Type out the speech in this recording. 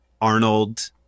Arnold